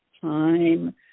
time